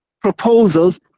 proposals